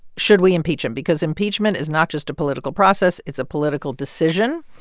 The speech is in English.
should we impeach him? because impeachment is not just a political process. it's a political decision.